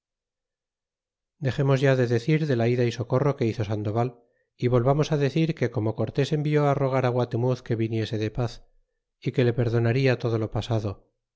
dexemos ya de decir de la ida y socorro que hizo sandoval y volvamos decir de como cortés envió á rogar fi guatemuz que viniese de paz é que le perdonaria todo lo pasado